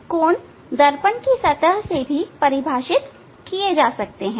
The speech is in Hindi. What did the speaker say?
कोण दर्पण की सतह से भी परिभाषित किए जा सकते हैं